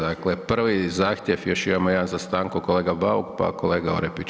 Dakle, prvi zahtjev još imamo jedan za stanku, kolega Bauk, pa kolega Orepić.